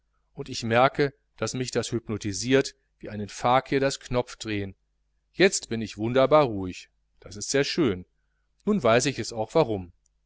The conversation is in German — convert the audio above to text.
und ich merke daß mich das hypnotisiert wie einen fakir das kopfdrehen jetzt bin ich wunderbar ruhig das ist sehr schön nun weiß ich auch warum